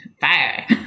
Fire